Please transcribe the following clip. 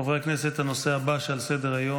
חברי הכנסת, הנושא הבא שעל סדר-היום